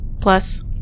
Plus